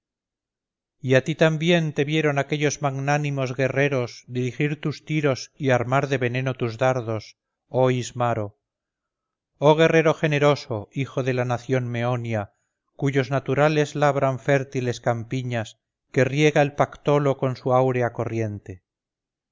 y a ti también te vieron aquellos magnánimos guerreros dirigir tus tiros y armar de veneno tus dardos oh ismaro oh guerrero generoso hijo de la nación meonia cuyos naturales labran fértiles campiñas que riega el pactolo con su áurea corriente